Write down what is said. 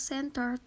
Center